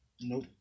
Nope